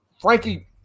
Frankie